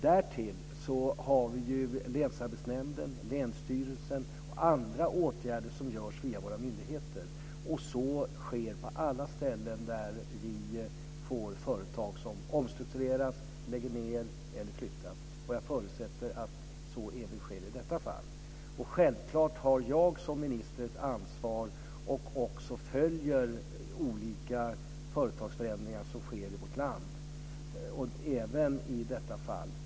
Därtill finns åtgärder som vidtas av länsarbetsnämnden, länsstyrelsen och andra myndigheter. Så sker på alla ställen där företag omstruktureras, lägger ned eller flyttas. Jag förutsätter att så även sker i detta fall. Självfallet har jag som minister ett ansvar. Jag följer också olika företagsförändringar som sker i vårt land och även i detta fall.